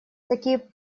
такие